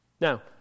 Now